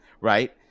right